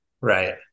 Right